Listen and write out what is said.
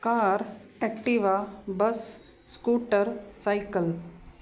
car Activa bus scooter cycle